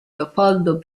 leopoldo